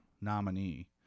nominee